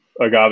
agave